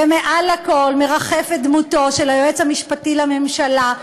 ומעל הכול מרחפת דמותו של היועץ המשפטי לממשלה,